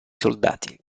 soldati